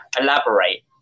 elaborate